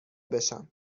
بشم